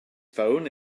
phone